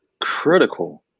critical